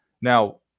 Now